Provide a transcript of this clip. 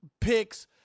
picks